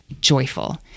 joyful